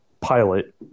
pilot